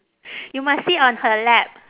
you must sit on her lap